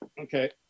Okay